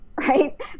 right